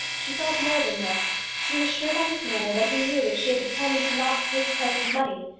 she felt more than this. she was sure by his manner that he knew that she had determined not to take her cousin's money.